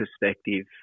perspective